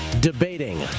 Debating